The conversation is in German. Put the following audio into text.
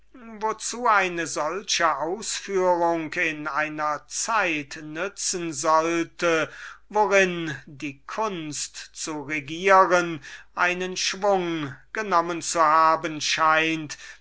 wozu ein solcher dtail in unsern tagen nutzen sollte worin die kunst zu regieren einen schwung genommen zu haben scheint